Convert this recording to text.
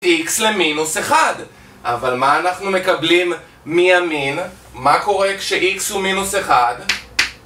x למינוס אחד, אבל מה אנחנו מקבלים מימין, מה קורה כש x הוא מינוס אחד?